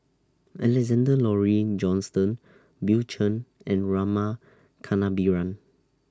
Alexander Laurie Johnston Bill Chen and Rama Kannabiran